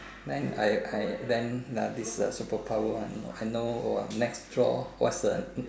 then I I then uh this uh super power one I know I know next draw what's the